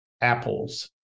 apples